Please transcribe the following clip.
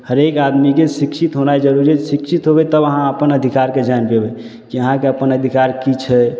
हरेक आदमीके शिक्षित होनाइ जरूरी छै शिक्षित होबै तब अहाँ अपन अधिकारके जानि पेबै कि अहाँके अपन अधिकार कि छै